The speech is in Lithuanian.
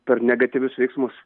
per negatyvius veiksmus